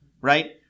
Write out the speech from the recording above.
Right